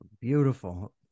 Beautiful